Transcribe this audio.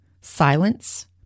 silence